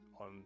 on